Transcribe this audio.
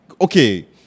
Okay